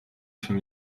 się